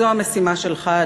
וזו המשימה שלך,